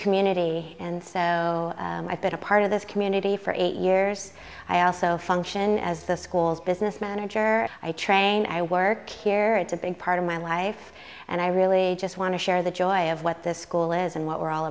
community and so i've been a part of this community for eight years i also function as the school's business manager i train i work here it's a big part of my life and i really just want to share the joy of what this school is and what we're all